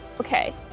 Okay